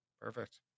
perfect